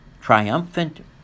triumphant